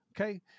okay